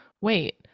wait